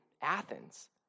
Athens